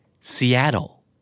Seattle